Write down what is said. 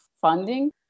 funding